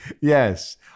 Yes